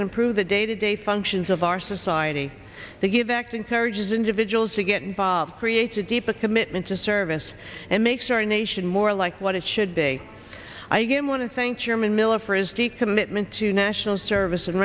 can improve the day to day functions of our society they give act encourages individuals to get involved creates a deeper commitment to service and makes our nation more like what it should be i give want to thank chairman miller for his d commitment to national service and